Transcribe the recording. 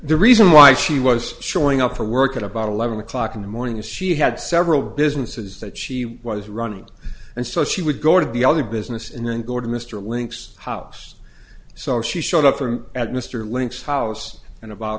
the reason why she was showing up for work at about eleven o'clock in the morning is she had several businesses that she was running and so she would go to the other business and then go to mr link's house so she showed up for him at mr link's house and about